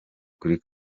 kuri